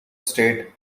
state